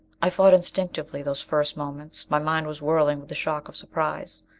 i fought instinctively, those first moments my mind was whirling with the shock of surprise.